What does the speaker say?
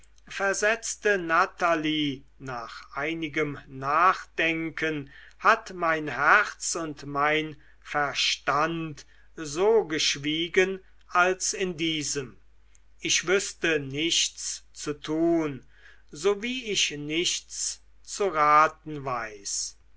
versetzte natalie nach einigem nachdenken hat mein herz und mein verstand so geschwiegen als in diesem ich wüßte nichts zu tun so wie ich nichts zu raten weiß